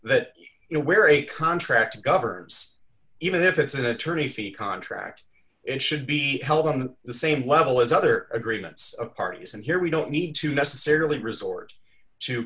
that you know where a contract governs even if it's an attorney for the contract it should be held on the same level as other agreements parties and here we don't need to necessarily resort to